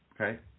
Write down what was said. Okay